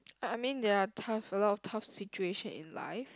I mean ya tough a lot of tough situation in life